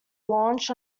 launched